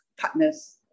partners